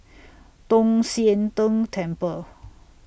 Tong Sian Tng Temple